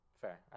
Fair